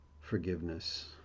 forgiveness